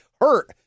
hurt